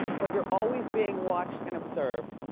but you're always being watched and observed,